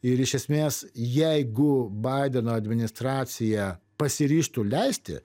ir iš esmės jeigu baideno administracija pasiryžtų leisti